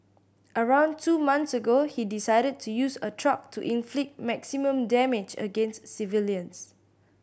around two months ago he decided to use a truck to inflict maximum damage against civilians